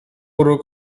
bwrw